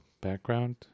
background